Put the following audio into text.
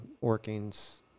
workings